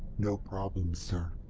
no problem, sir.